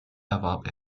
erwarb